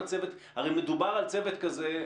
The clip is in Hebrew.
הרי מדובר על צוות כזה,